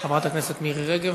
חברת הכנסת מירי רגב.